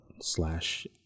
slash